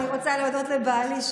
אני רוצה להודות לבעלי,